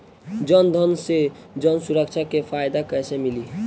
जनधन से जन सुरक्षा के फायदा कैसे मिली?